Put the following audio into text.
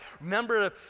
remember